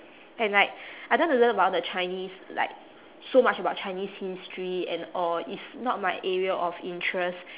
and like I don't want to learn about the chinese like so much about chinese history and all it's not my area of interest